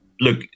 look